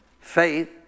faith